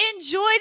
enjoyed